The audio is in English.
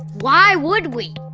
why would we?